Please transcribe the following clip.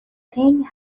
thing